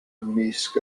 ymysg